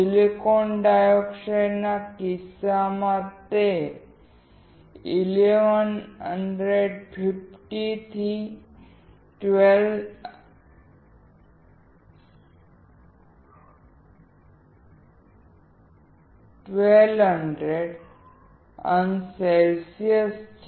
silicon ડાયોક્સાઇડના કિસ્સામાં તે 1150 થી 1200C છે